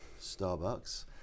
Starbucks